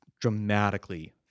dramatically